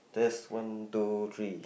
test one two three